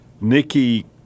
Nikki